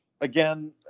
again